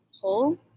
hole